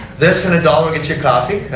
this and a dollar will get you coffee.